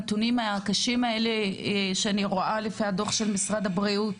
הנתונים הקשים האלה שאני רואה לפי הדו"ח של משרד הבריאות,